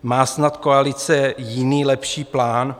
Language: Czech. Má snad koalice jiný, lepší plán?